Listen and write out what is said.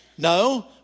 No